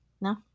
no